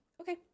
Okay